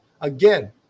again